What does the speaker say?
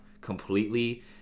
completely